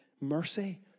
mercy